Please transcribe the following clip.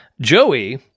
Joey